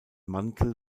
mantel